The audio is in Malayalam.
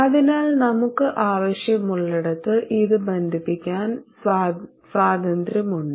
അതിനാൽ നമുക്ക് ആവശ്യമുള്ളിടത്ത് ഇത് ബന്ധിപ്പിക്കാൻ സ്വാതന്ത്ര്യമുണ്ട്